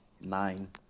Nine